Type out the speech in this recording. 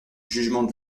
jugement